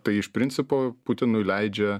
tai iš principo putinui leidžia